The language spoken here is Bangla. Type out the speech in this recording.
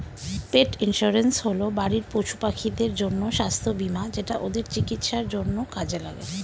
পেট ইন্সুরেন্স হল বাড়ির পশুপাখিদের জন্য স্বাস্থ্য বীমা যেটা ওদের চিকিৎসার জন্য কাজে লাগে